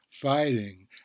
fighting